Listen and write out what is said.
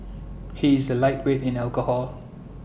he is A lightweight in alcohol